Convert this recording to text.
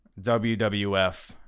WWF